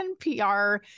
NPR